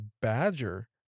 badger